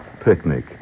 picnic